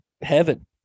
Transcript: heaven